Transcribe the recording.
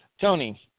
Tony